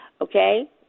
Okay